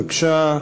בבקשה.